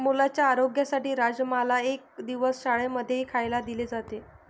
मुलांच्या आरोग्यासाठी राजमाला एक दिवस शाळां मध्येही खायला दिले जाते